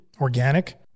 organic